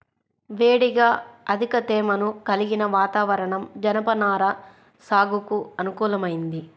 వేడిగా అధిక తేమను కలిగిన వాతావరణం జనపనార సాగుకు అనుకూలమైంది